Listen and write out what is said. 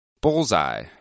Bullseye